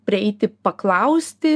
prieiti paklausti